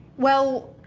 well.